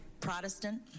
Protestant